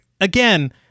again